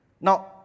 Now